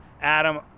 Adam